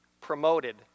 promoted